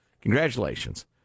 Congratulations